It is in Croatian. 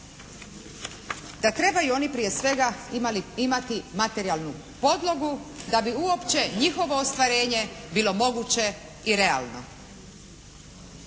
da trebaju oni prije svega imati materijalnu podlogu da bi uopće njihovo ostvarenje bilo moguće i realno.